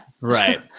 Right